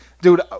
Dude